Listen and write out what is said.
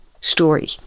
story